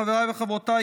חבריי וחברותיי,